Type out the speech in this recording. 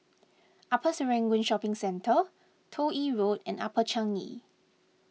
Upper Serangoon Shopping Centre Toh Yi Road and Upper Changi